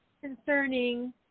concerning